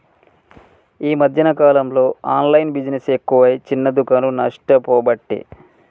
ఈ మధ్యన కాలంలో ఆన్లైన్ బిజినెస్ ఎక్కువై చిన్న దుకాండ్లు నష్టపోబట్టే